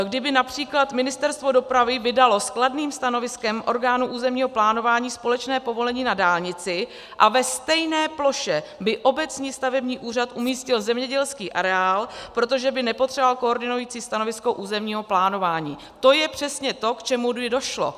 Kdyby například Ministerstvo dopravy vydalo s kladným stanoviskem orgánu územního plánování společné povolení na dálnici a ve stejné ploše by obecní stavební úřad umístil zemědělský areál, protože by nepotřeboval koordinující stanovisko územního plánování, to je přesně to, k čemu by došlo.